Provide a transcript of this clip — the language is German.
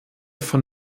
von